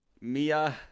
Mia